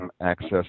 access